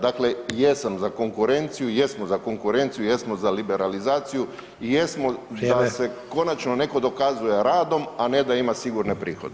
Dakle, jesam za konkurenciju, jesmo za konkurenciju, jesmo za liberalizaciju i jesmo da se konačno [[Upadica Sanader: Vrijeme.]] netko dokazuje radom, a ne da ima sigurne prihode.